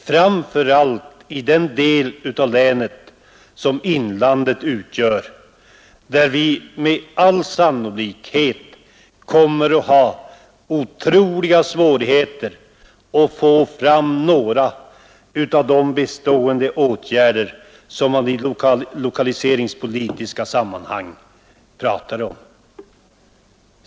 Framför allt i den del av länet, som inlandet utgör, kommer vi med all sannolikhet att ha otroliga svårigheter att få fram några av de bestående åtgärder som man i lokaliseringspolitiska sammanhang talar om.